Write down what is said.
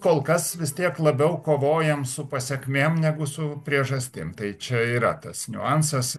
kol kas vis tiek labiau kovojam su pasekmėm negu su priežastim tai čia yra tas niuansas